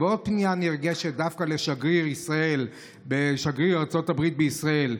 ועוד פנייה נרגשת דווקא לשגריר ארצות הברית בישראל,